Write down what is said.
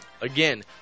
Again